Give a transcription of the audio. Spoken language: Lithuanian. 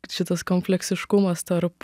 šitas kompleksiškumas tarp